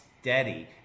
steady